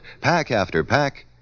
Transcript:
pack-after-pack